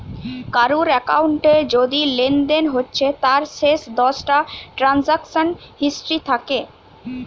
কারুর একাউন্টে যদি লেনদেন হচ্ছে তার শেষ দশটা ট্রানসাকশান হিস্ট্রি থাকে